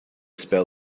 spell